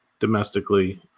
domestically